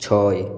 ছয়